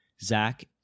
Zach